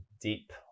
deep